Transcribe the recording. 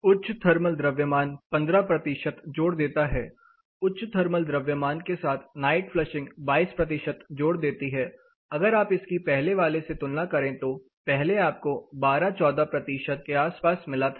उच्च थर्मल द्रव्यमान 15 जोड़ देता है उच्च थर्मल द्रव्यमान के साथ नाइट फ्लशिंग 22 जोड़ देती है अगर आप इसकी पहले वाले से तुलना करें तो पहले आपको 12 14 प्रतिशत के आसपास मिला था